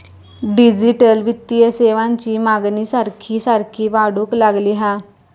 digital वित्तीय सेवांची मागणी सारखी सारखी वाढूक लागली हा